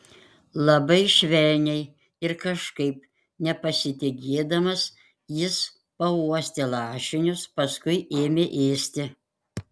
labai švelniai ir kažkaip nepasitikėdamas jis pauostė lašinius paskui ėmė ėsti